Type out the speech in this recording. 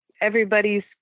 everybody's